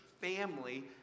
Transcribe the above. family